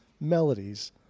melodies